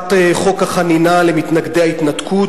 בהצעת חוק החנינה למתנגדי ההתנתקות,